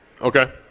Okay